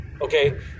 okay